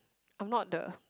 I'm not the